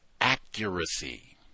accuracy